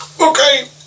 Okay